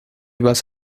vas